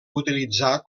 utilitzar